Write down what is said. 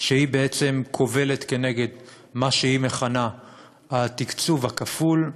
שבעצם קובלת נגד מה שהיא מכנה "התקצוב הכפול",